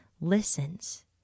listens